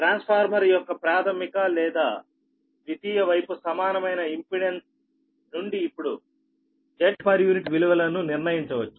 transformer యొక్క ప్రాధమిక లేదా ద్వితీయ వైపు సమానమైన ఇంపెడెన్స్ నుండి ఇప్పుడు Z పర్ యూనిట్ విలువలను నిర్ణయించవచ్చు